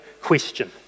question